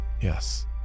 yes